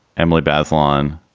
emily bazelon,